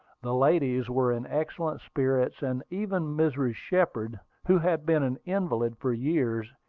the ladies were in excellent spirits, and even mrs. shepard, who had been an invalid for years,